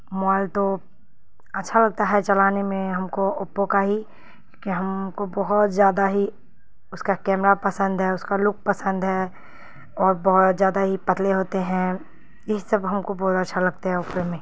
mobile تو اچھا لگتا ہے چلانے میں ہم کو اوپو کا ہی کیونکہ ہم کو بہت زیادہ ہی اس کا کیمرہ پسند ہے اس کا لک پسند ہے اور بہت زیادہ ہی پتلے ہوتے ہیں یہی سب ہم کو بہت اچھا لگتا ہے اوپو میں